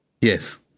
Yes